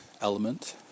element